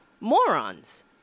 Morons